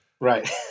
Right